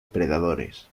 predadores